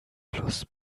plus